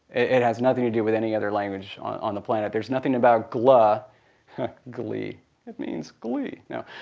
it has nothing to do with any other language on the planet. there's nothing about gla glee, it means glee no,